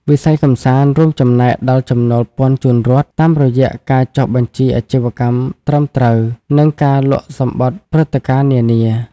វិស័យកម្សាន្តរួមចំណែកដល់ចំណូលពន្ធជូនរដ្ឋ តាមរយៈការចុះបញ្ជីអាជីវកម្មត្រឹមត្រូវ និងការលក់សំបុត្រព្រឹត្តិការណ៍នានា។